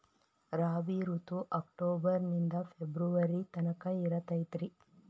ರಾಬಿ ಋತು ಅಕ್ಟೋಬರ್ ನಿಂದ ಫೆಬ್ರುವರಿ ತನಕ ಇರತೈತ್ರಿ